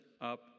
up